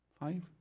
Five